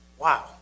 Wow